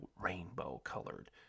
rainbow-colored